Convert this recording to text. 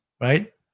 right